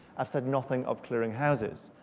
i've said nothing of clearing houses.